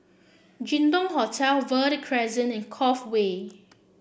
Jin Dong Hotel Verde Crescent and Cove Way